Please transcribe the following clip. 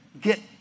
get